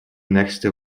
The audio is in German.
nächste